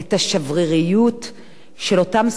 של אותן זכויות, שאמורות להיות מוגנות